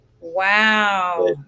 Wow